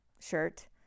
shirt